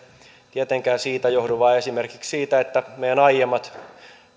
tietenkään siitä johdu vaan esimerkiksi siitä että meidän aiemmat